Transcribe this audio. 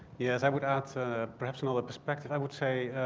yes, i would add to perhaps another perspective i would say,